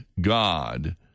god